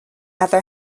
other